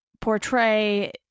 portray